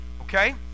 Okay